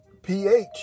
pH